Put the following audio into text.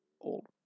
Old